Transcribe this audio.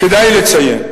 כדאי גם לציין,